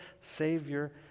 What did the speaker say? Savior